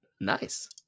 Nice